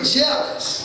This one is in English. jealous